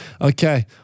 Okay